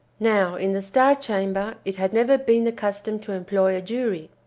now, in the star chamber, it had never been the custom to employ a jury.